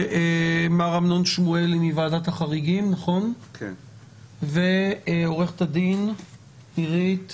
מר אמנון שמואלי מוועדת החריגים, עורכת הדין עירית